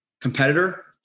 competitor